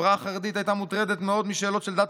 החברה החרדית הייתה מוטרדת מאוד משאלות של דת